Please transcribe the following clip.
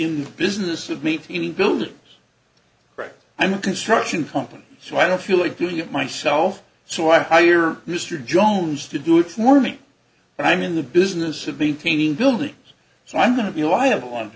the business of meeting buildings right and the construction company so i don't feel like doing it myself so i hire mr jones to do it for me and i'm in the business of maintaining buildings so i'm going to be liable on